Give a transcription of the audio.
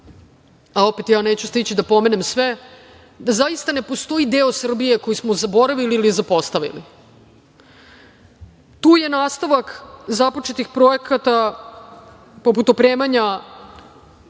a opet ja neću stići da pomenem sve, da zaista ne postoji deo Srbije koji smo zaboravili ili zapostavili. Tu je nastavak započetih projekata, poput opremanja